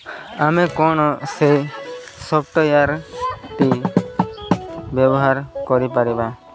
ଆମେ କ'ଣ ସେଇ ସଫ୍ଟୱେୟାର୍ଟି ବ୍ୟବହାର କରିପାରିବା